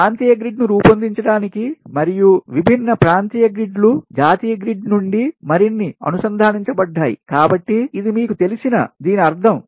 ప్రాంతీయ గ్రిడ్ను రూపొందించడానికి మరియు విభిన్న ప్రాంతీయ గ్రిడ్లు జాతీయ గ్రిడ్ నుండి మరిన్ని అనుసంధానించబ డ్డాయి కాబట్టి ఇది మీకు తెలిసిన దీని అర్థం